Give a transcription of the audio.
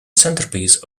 centerpiece